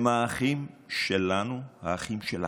הם האחים שלנו, האחים שלכם,